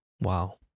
Wow